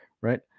right